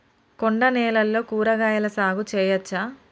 కొండ నేలల్లో కూరగాయల సాగు చేయచ్చా?